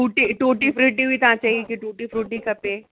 टूटी tutti frutti बि तव्हां चई कि टूटी फ़्रूटी खपे